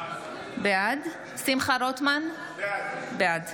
בעד שמחה רוטמן, בעד